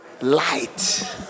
light